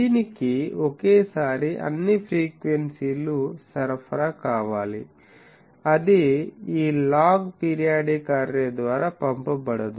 దీనికి ఒకేసారి అన్నిఫ్రీక్వెన్సీ లు సరఫరా కావాలి అది ఈ లాగ్ పిరియాడిక్ అర్రే ద్వారా పంపబడదు